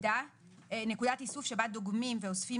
נקודת איסוף שבה דוגמים ואוספים